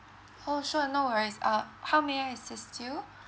oh sure no worries uh how may I assist you